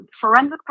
forensic